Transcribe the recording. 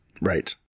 Right